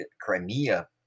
Crimea